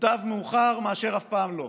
מוטב מאוחר מאשר אף פעם לא.